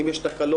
הם יש תקלות?